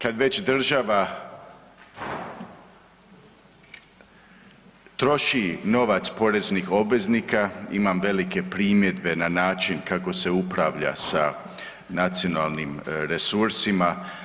Kad već država troši novac poreznih obveznika, imam velike primjedbe na način kako se upravlja sa nacionalnim resursima.